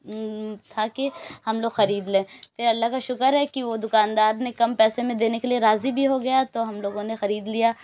تھا کہ ہم لوگ خرید لیں پھر اللہ کا شکر ہے کی وہ دکاندار نے کم پیسے میں دینے کے لیے راضی بھی ہو گیا تو ہم لوگوں نے خرید لیا